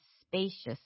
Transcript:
spacious